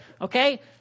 Okay